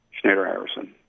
Schneider-Harrison